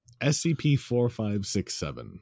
SCP-4567